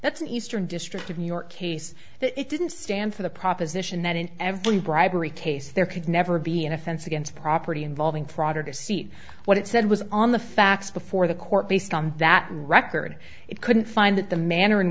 that's in eastern district of new york case that it didn't stand for the proposition that in every bribery case there could never be an offense against property involving fraud or deceit what it said was on the facts before the court based on that record it couldn't find that the manner in